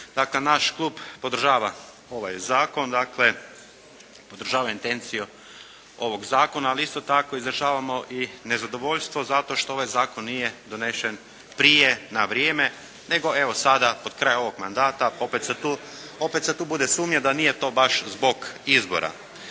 Dakle, naš klub podržava ovaj zakon, podržava intenciju ovog zakona, ali isto tako izražavamo i nezadovoljstvo zato što ovaj zakon nije donesen prije, na vrijeme, nego evo, sada pod kraj ovog mandata. Opet se tu bude sumnje da nije to baš zbog izbora.